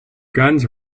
guns